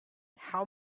how